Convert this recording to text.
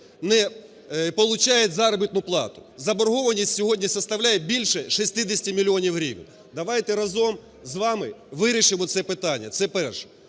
не получають заробітну плату. Заборгованість сьогоднісоставляє більше 60 мільйонів гривень. Давайте разом з вами вирішимо це питання. Це перше.